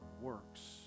works